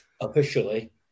officially